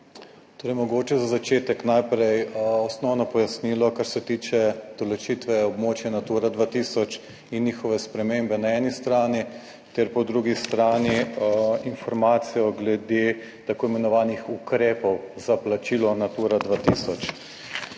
Torej mogoče za začetek najprej osnovno pojasnilo kar se tiče določitve območja Natura 2000 in njihove spremembe na eni strani ter po drugi strani informacijo glede tako imenovanih ukrepov za plačilo Natura 2000.